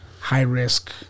high-risk –